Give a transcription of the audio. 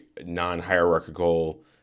non-hierarchical